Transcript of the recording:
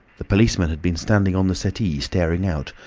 the policeman had been standing on the settee staring out,